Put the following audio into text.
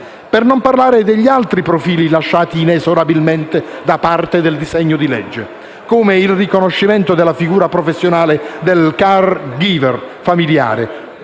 Per non parlare degli altri profili lasciati inesorabilmente da parte dal disegno di legge in esame, come il riconoscimento della figura professionale dei *caregiver* familiari